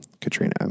Katrina